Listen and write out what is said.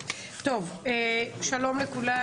צוהריים טובים, שלום לכולם.